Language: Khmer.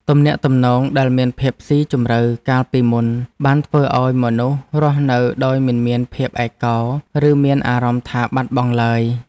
ទំនាក់ទំនងដែលមានភាពស៊ីជម្រៅកាលពីមុនបានធ្វើឱ្យមនុស្សរស់នៅដោយមិនមានភាពឯកោ ឬមានអារម្មណ៍ថាបាត់បង់ឡើយ។